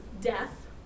death